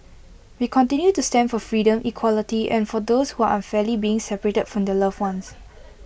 we continue to stand for freedom equality and for those who are unfairly being separated from their loved ones